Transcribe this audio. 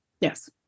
Yes